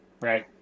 right